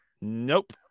Nope